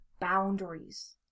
boundaries